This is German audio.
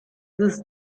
des